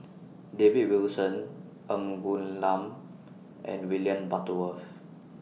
David Wilson Ng Woon Lam and William Butterworth